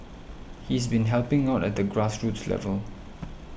he's been helping out at the grassroots level